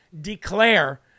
declare